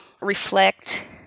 reflect